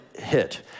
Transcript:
hit